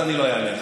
אז אני לא אענה לך.